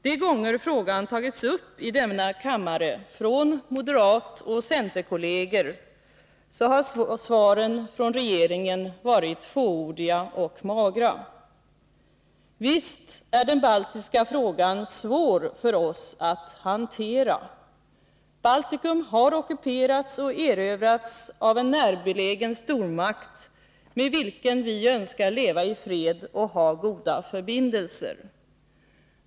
De gånger frågan tagits upp i denna kammare, från moderatoch centerkolleger, har svaren från regeringen varit fåordiga och magra. Visst är den baltiska frågan svår för oss att hantera. Baltikum har ockuperats och erövrats av en närbelägen stormakt med vilken vi önskar leva i fred och ha goda förbindelser.